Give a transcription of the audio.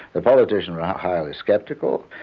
the politicians are highly sceptical,